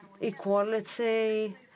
equality